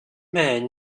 man